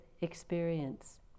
experience